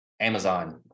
Amazon